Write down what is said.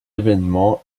événements